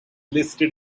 listed